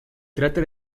trata